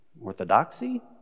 Orthodoxy